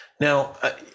Now